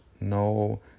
No